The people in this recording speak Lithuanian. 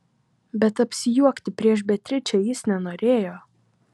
bet apsijuokti prieš beatričę jis nenorėjo